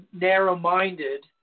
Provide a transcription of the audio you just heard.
narrow-minded